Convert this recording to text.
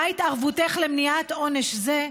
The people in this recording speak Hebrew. נא התערבותך למניעת עונש זה,